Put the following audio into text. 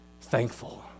thankful